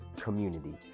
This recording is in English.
community